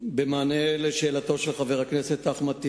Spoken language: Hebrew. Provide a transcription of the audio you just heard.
במענה על שאלתו של חבר הכנסת אחמד טיבי,